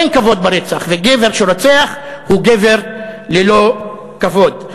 אין כבוד ברצח, וגבר שרוצח הוא גבר ללא כבוד.